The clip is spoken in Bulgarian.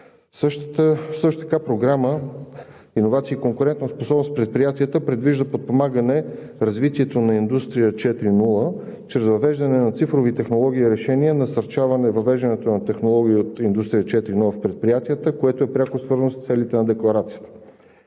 Също така Програма „Иновации и конкурентоспособност в предприятията“ предвижда подпомагане развитието на Индустрия 4.0 чрез въвеждане на цифрови технологии и решения, насърчаване въвеждането на технологии от Индустрия 4.0 в предприятията, което е пряко свързано с целите на декларацията.